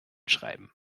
schreiben